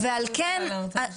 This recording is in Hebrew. אני לא יכולה לענות.